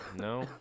no